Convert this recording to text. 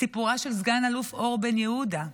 סיפורה של סגן אלוף אור בן יהודה,